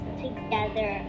together